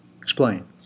Explain